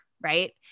right